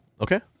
Okay